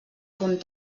punt